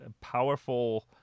powerful